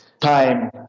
time